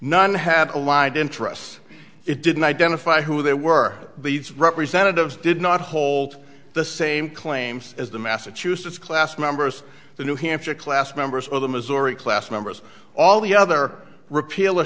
none have aligned interests it didn't identify who they were these representatives did not hold the same claims as the massachusetts class members the new hampshire class members of the missouri class members all the other repeal